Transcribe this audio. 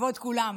כבוד כולם.